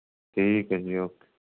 ਠੀਕ ਹੈ ਜੀ ਓਕੇ